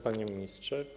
Panie Ministrze!